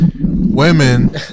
Women